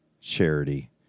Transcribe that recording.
charity